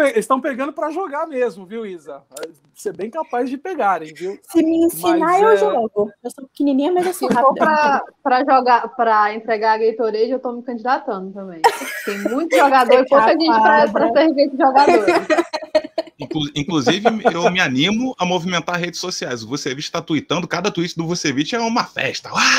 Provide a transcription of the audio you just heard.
Pe- estão pegando pra jogar mesmo, viu, Isa? Ah, você é bem capaz de pegarem, viu? Se me ensinar, Mas, eu é- jogo. Eu sou pequenininha, mas eu sou Se for rápida. pra- pra jogar- pra entregar a Gatorade, eu tô me candidatando também. Tem muito jogador, É e pouca gente pra- pra capaz, né? servir esse jogador. Inclu- inclusive, eu me animo a movimentar redes sociais. O Vucevic tá tweetando, cada tweet do Vucevic é uma festa. Uau!